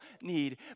need